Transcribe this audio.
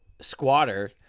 squatter